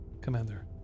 Commander